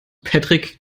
patrick